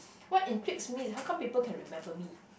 what intrigues me how come people can remember me